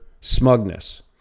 smugness